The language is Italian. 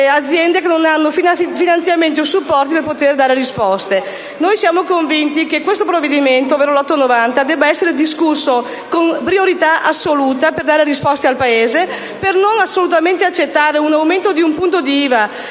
aziende che non hanno finanziamenti o supporti per poter dare risposte. Noi siamo convinti che il disegno di legge n. 890 debba essere discusso con priorità assoluta, per dare risposte al Paese, per non accettare assolutamente un aumento di un punto dell'IVA,